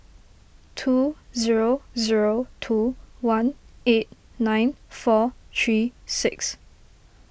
two zero zero two one eight nine four three six